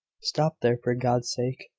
stop there, for god's sake!